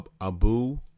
Abu